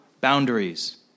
boundaries